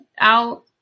out